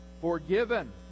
forgiven